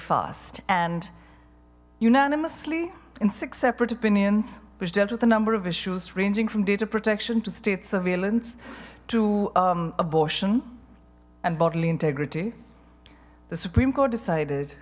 fast and unanimously in six separate opinions which dealt with a number of issues ranging from data protection to state surveillance to abortion and bodily integrity the supreme court decided